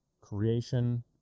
creation